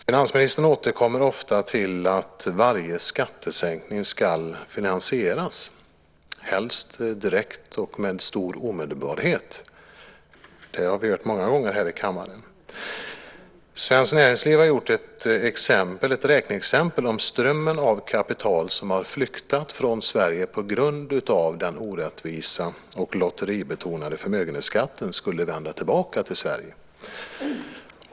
Finansministern återkommer ofta till att varje skattesänkning ska finansieras, helst direkt och med stor omedelbarhet. Det har vi hört många gånger här i kammaren. Svenskt Näringsliv har gjort ett räkneexempel om ifall strömmen av kapital som har "flyktat" från Sverige på grund av den orättvisa och lotteribetonade förmögenhetsskatten skulle vända tillbaka till Sverige.